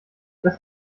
das